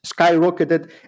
skyrocketed